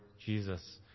Jesus